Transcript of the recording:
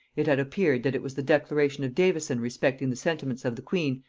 it had appeared that it was the declaration of davison respecting the sentiments of the queen,